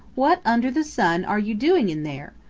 what under the sun are you doing in there?